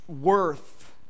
worth